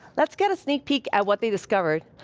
let's get a sneak peek at what they discovered.